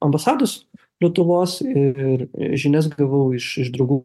ambasados lietuvos ir žinias griuvau iš iš draugų